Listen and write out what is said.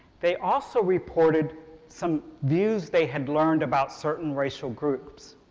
they also reported some views they had learned about certain racial groups,